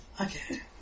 Okay